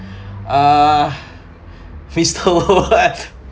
uh we stole